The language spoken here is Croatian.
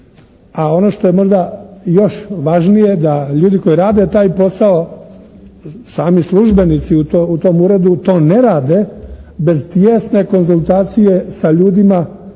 a ono što je možda još važnije da ljudi koji rade taj posao sami službenici u tom uredu to ne rade bez tijesne konzultacije sa ljudima